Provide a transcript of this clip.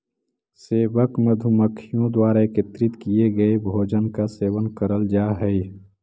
सेवक मधुमक्खियों द्वारा एकत्रित किए गए भोजन का सेवन करल जा हई